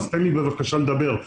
תן לי בבקשה לדבר.